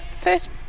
first